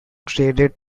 traded